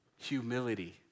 humility